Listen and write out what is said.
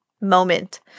moment